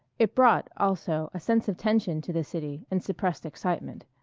it brought, also, a sense of tension to the city, and suppressed excitement.